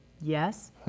Yes